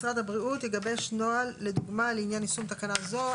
משרד הבריאות יגבש נוהל לדוגמה לעניין יישום תקנה זו.